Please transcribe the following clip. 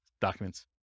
documents